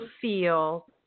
feel